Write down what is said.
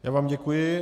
Já vám děkuji.